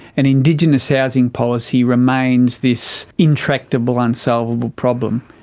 and indigenous housing policy remains this intractable, unsolvable problem.